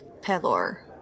Pelor